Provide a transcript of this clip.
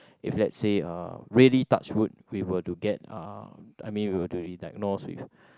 if let say uh really touch wood we were to get uh I mean we were to diagnose with